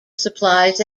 supplies